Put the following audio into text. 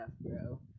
bro